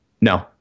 no